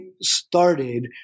started